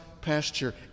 pasture